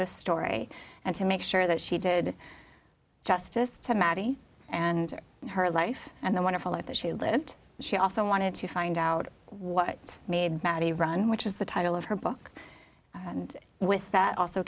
the story and to make sure that she did justice to maddie and her life and the wonderful it that she lived she also wanted to find out what made maddie run which is the title of her book and with that also